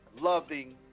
loving